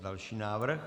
Další návrh.